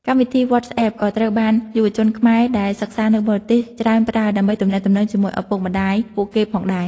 កម្មវិធី Whatsapp ក៏ត្រូវបានយុវជនខ្មែរដែលសិក្សានៅបរទេសច្រើនប្រើ ដើម្បីទំនាក់ទំនងជាមួយឪពុកម្ដាយពួកគេផងដែរ។